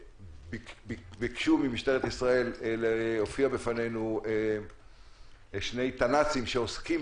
ביקשו להופיע בפנינו שני תנ"צים ממשטרת ישראל שעוסקים